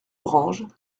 orange